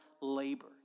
labor